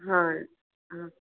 हां आ